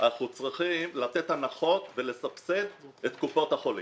אנחנו צריכים לתת הנחות ולסבסד את קופות החולים.